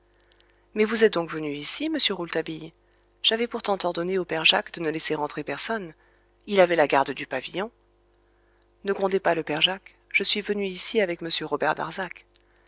mais vous êtes donc venu ici monsieur rouletabille j'avais pourtant ordonné au père jacques de ne laisser entrer personne il avait la garde du pavillon ne grondez pas le père jacques je suis venu ici avec m robert darzac